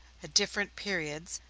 different periods,